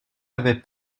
avait